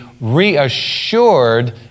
reassured